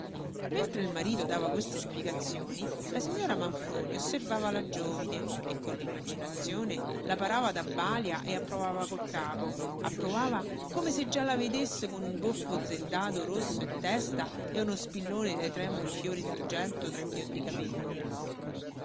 mentre il marito dava queste spiegazioni la signora manfroni osservava la giovine e con l'immaginazione la parava da balia e approvava col capo approvava come se già la vedesse con un goffo zendado rosso in testa e uno spillone dai tremuli fiori d'argento tra i biondi capelli